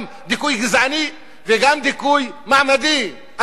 גם דיכוי גזעני וגם דיכוי מעמדי,